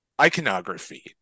iconography